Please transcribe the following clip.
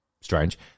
strange